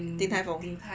鼎泰丰